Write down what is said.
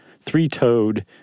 three-toed